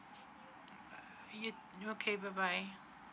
uh you okay bye bye